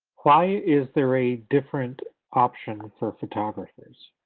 why is there a different option for photographers?